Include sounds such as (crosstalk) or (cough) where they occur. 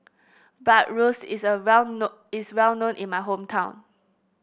bratwurst is a well (unintelligible) is well known in my hometown